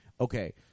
Okay